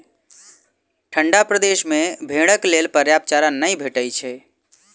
ठंढा प्रदेश मे भेंड़क लेल पर्याप्त चारा नै भेटैत छै